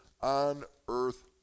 on-earth